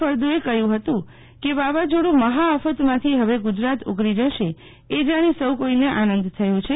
ફળદુએ કહ્યુંહતું કે વાવાઝોડું મહાઆફતમાંથી હવે ગુજરાત ઉગરી જશે એ જાણી સૌ કોઇને આનંદ થયો છે